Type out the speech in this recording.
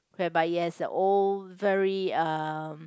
whereby it has a old very umm